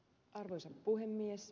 arvoisa puhemies